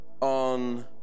on